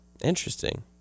Interesting